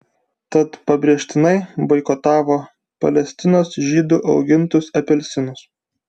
tad pabrėžtinai boikotavo palestinos žydų augintus apelsinus